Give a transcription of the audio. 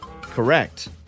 Correct